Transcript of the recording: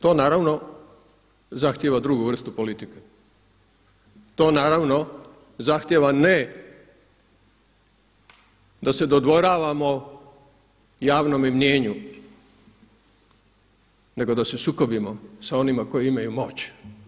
To naravno zahtjeva drugu vrstu politike, to naravno zahtjeva ne da se dodvoravamo javnome mijenju nego da se sukobimo sa onima koji imaju moć.